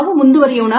ನಾವು ಮುಂದುವರಿಯೋಣ